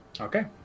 Okay